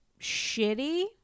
Shitty